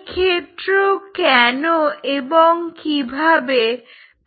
এক্ষেত্রেও কেন এবং কিভাবে